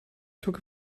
took